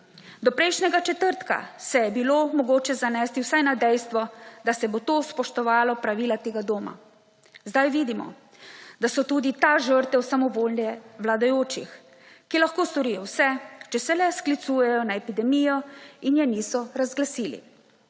Do prejšnjega četrtka se je bilo mogoče zanesti vsaj na dejstvo, da se bo to spoštovalo pravila tega doma. Sedaj vidimo, da so tudi ta žrtev samovolje vladajočih, ki lahko storijo vse, če se le sklicujejo na epidemijo in je niso razglasili.